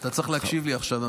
אתה צריך להקשיב לי עכשיו.